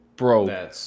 Bro